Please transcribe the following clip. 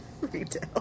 Retail